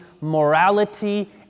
morality